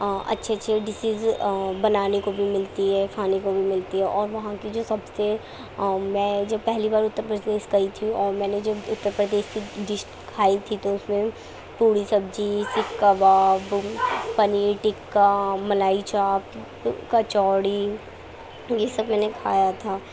اچھی اچھی ڈسیز بنانے کو بھی ملتی ہے کھانے کو بھی ملتی ہے اور وہاں کی جو سب سے میں جب پہلی بار اتّر پردیش گئی تھی اور میں نے جو اتّر پردیش كی ڈش كھائی تھی تو اس میں پوڑی سبزی سیخ کباب پنیر ٹکہ ملائی چاپ کچوڑی تو یہ سب میں نے کھایا تھا